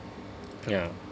ya